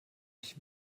ich